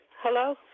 Hello